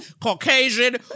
Caucasian